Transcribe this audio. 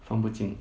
放不进